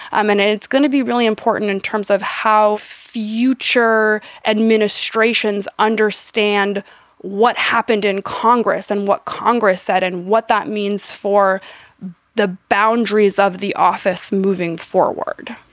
i mean, it's going to be really important in terms of how future administrations understand what happened in congress and what congress said and what that means for the boundaries of the office. moving forward,